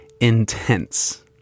intense